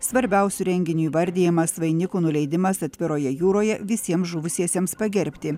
svarbiausiu renginiu įvardijamas vainikų nuleidimas atviroje jūroje visiems žuvusiesiems pagerbti